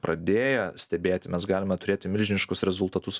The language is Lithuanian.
pradėję stebėti mes galime turėti milžiniškus rezultatus